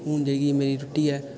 हून जेह्की मेरी रुट्टी ऐ